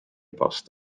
bost